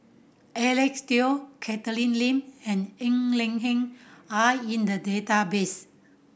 Eric Teo Catherine Lim and Ng Eng Hen are in the database